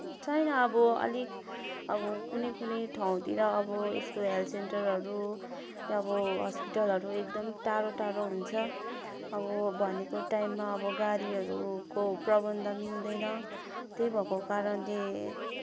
छैन अब अलिक अब कुनै कुनै ठाउँतिर अब यस्तो हेल्थ सेन्टरहरू अब हस्पिटलहरू एकदम टाढो टाढो हुन्छ अब भनेको टाइममा अब गाडीहरूको प्रबन्ध मिल्दैन त्यही भएको कारणले